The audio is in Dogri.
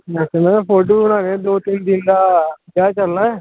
दरअसल फोटो बनाने दो तिन दिन दा ब्याह् चलना ऐ